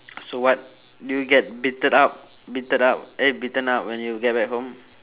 so what do you get beaten up beaten up eh beaten up when you get back home